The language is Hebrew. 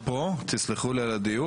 תסלחו לי על הדיוק,